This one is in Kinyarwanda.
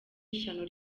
ishyano